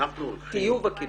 טיוב הקידוחים.